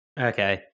Okay